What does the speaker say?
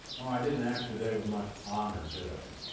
i didn't act today with much honor did i?